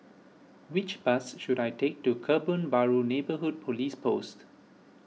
which bus should I take to Kebun Baru Neighbourhood Police Post